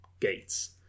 gates